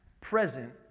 present